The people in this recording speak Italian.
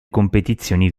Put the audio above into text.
competizione